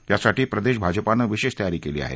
यासाठी प्रदेश भाजपानं विशेष तयारी केली आहे